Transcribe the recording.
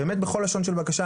באמת בכל לשון של בקשה,